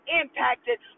impacted